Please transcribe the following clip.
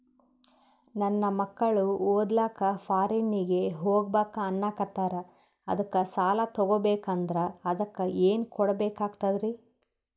ನನ್ನ ಮಕ್ಕಳು ಓದ್ಲಕ್ಕ ಫಾರಿನ್ನಿಗೆ ಹೋಗ್ಬಕ ಅನ್ನಕತ್ತರ, ಅದಕ್ಕ ಸಾಲ ತೊಗೊಬಕಂದ್ರ ಅದಕ್ಕ ಏನ್ ಕೊಡಬೇಕಾಗ್ತದ್ರಿ?